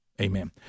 Amen